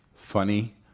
Funny